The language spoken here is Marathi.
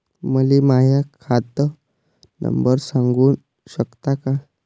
मले माह्या खात नंबर सांगु सकता का?